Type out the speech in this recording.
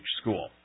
school